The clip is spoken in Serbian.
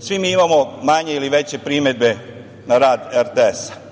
svi mi imamo manje ili veće primedbe na rad RTS-a.